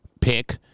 pick